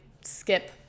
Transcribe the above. skip